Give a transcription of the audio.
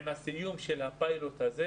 עם סיום הפיילוט הזה,